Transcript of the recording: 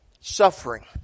Suffering